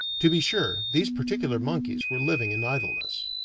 to be sure, these particular monkeys were living in idleness.